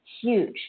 huge